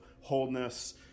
wholeness